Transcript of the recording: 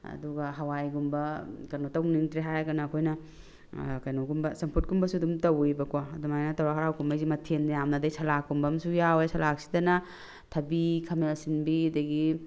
ꯑꯗꯨꯒ ꯍꯋꯥꯏꯒꯨꯝꯕ ꯀꯩꯅꯣ ꯇꯧꯅꯤꯡꯗ꯭ꯔꯦ ꯍꯥꯏꯔꯒꯅ ꯑꯩꯈꯣꯏꯅ ꯀꯩꯅꯣꯒꯨꯝꯕ ꯆꯝꯐꯨꯠ ꯀꯨꯝꯕꯁꯨ ꯑꯗꯨꯝ ꯇꯧꯋꯦꯕꯀꯣ ꯑꯗꯨꯃꯥꯏꯅ ꯇꯧꯔꯒ ꯍꯔꯥꯎ ꯀꯨꯝꯍꯩꯁꯦ ꯃꯊꯦꯟ ꯌꯥꯝꯅ ꯑꯗꯒꯤ ꯁꯂꯥꯠ ꯀꯨꯝꯕ ꯑꯃꯁꯨ ꯌꯥꯎꯋꯦ ꯁꯂꯥꯠ ꯁꯤꯗꯅ ꯊꯕꯤ ꯈꯥꯃꯦꯟ ꯑꯁꯤꯟꯕꯤ ꯑꯗꯒꯤ